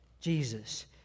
Jesus